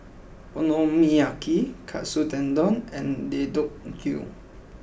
Okonomiyaki Katsu Tendon and Deodeok Gui